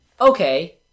okay